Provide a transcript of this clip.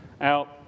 out